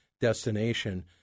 destination